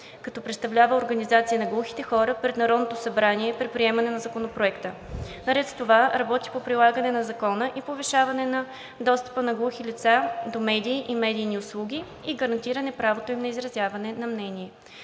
като представлява организацията на глухите хора пред Народното събрание при приемането на Законопроекта. Наред с това работи по прилагане на закона и повишаване на достъпа на глухи лица до медии и медийни услуги и гарантиране правото им на изразяване на мнение.